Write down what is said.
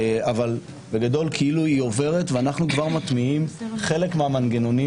אבל כאילו היא עוברת ואנו כבר מתניעים חלק מהמנגנונים